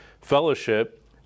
fellowship